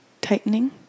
tightening